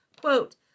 quote